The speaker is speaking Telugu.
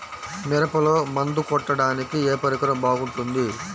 మిరపలో మందు కొట్టాడానికి ఏ పరికరం బాగుంటుంది?